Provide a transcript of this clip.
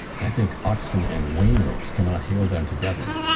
i think oxen and wain-ropes cannot hale them together.